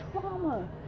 trauma